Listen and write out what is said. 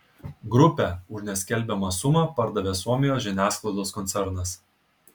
grupę už neskelbiamą sumą pardavė suomijos žiniasklaidos koncernas